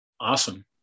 Awesome